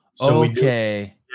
okay